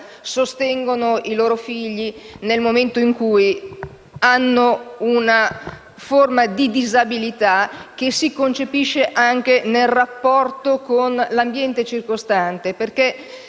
sostengono i propri figli nel momento in cui hanno una forma di disabilità che si concepisce anche nel rapporto con l'ambiente circostante.